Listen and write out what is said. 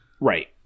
Right